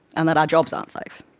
and that our jobs aren't safe.